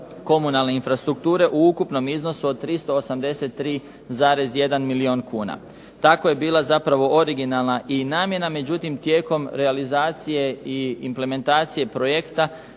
komunalne infrastrukture u ukupnom iznosu od 383,1 milijun kuna. Tako je zapravo bila originalna i namjena, međutim tijekom realizacije i implementacije projekta